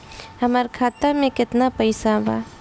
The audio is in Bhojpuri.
हमार खाता मे केतना पैसा बा?